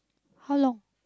how long